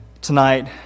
tonight